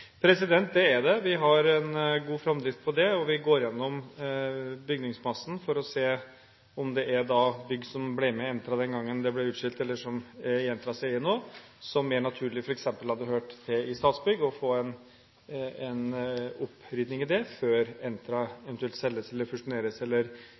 Det er det. Vi har en god framdrift på dette. Vi går igjennom bygningsmassen for å se om det er bygg som ble med Entra den gangen det ble utskilt, eller som er i Entras eie nå, som mer naturlig f.eks. hadde hørt til i Statsbygg, få en opprydding i det, før Entra